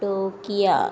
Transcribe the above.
Tokyo